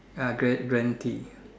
ah guaran~ guaranteed